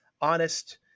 honest